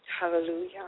Hallelujah